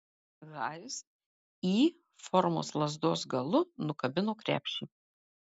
haris y formos lazdos galu nukabino krepšelį